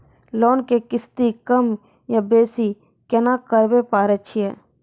Loan के किस्ती कम या बेसी केना करबै पारे छियै?